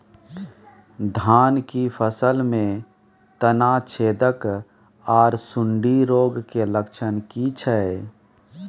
धान की फसल में तना छेदक आर सुंडी रोग के लक्षण की छै?